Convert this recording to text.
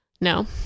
No